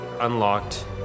unlocked